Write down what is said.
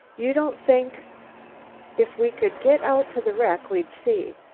you don't think if we could get out to the wreck we'd see.